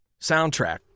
soundtrack